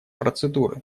процедуры